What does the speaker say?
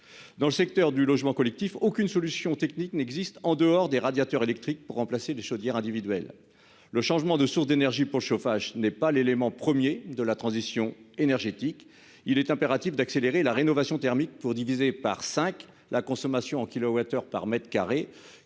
Dans le secteur du logement collectif, il n'existe aucune solution technique autre que les radiateurs électriques pour remplacer les chaudières individuelles. Le changement de source d'énergie pour le chauffage n'est pas l'élément premier de la transition écologique. Il est impératif d'accélérer la rénovation thermique pour diviser par cinq la consommation en kilowattheure par mètre carré,